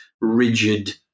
rigid